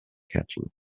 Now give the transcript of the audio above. catching